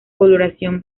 coloración